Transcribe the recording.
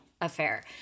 affair